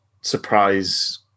surprise